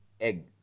egg